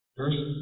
verse